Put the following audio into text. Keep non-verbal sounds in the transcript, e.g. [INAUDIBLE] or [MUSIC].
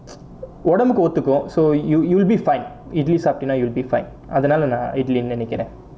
[NOISE] ஒடம்புக்கு ஒத்துக்கும்:odambukku othukkum so you you will be fine idli சாப்டேனா:saaptaenaa you'll be fine அதுனாலே நா:athunaalae naa idli னு நினைக்குறேன்:nu ninaikkuraen